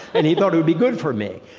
and he thought it would be good for me.